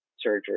surgery